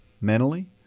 mentally